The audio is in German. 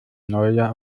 neujahr